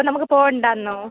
അപ്പം നമുക്ക് പോകേണ്ടയെന്നോ